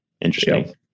interesting